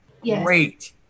great